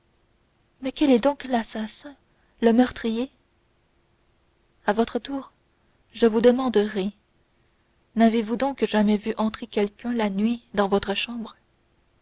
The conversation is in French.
mais quel est donc l'assassin le meurtrier à votre tour je vous demanderai n'avez-vous donc jamais vu entrer quelqu'un la nuit dans votre chambre